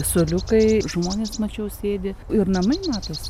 suoliukai žmonės mačiau sėdi ir namai matos